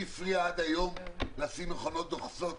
למי הפריע עד היום לשים מכונות דוחסות